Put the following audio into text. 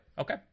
Okay